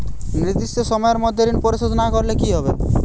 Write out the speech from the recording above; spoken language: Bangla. নির্দিষ্ট সময়ে মধ্যে ঋণ পরিশোধ না করলে কি হবে?